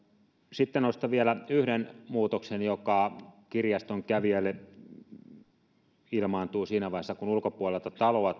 nostan vielä yhden muutoksen joka kirjaston kävijälle ilmaantuu siinä vaiheessa kun ulkopuolelta taloa